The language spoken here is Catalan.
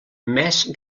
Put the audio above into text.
més